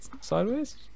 sideways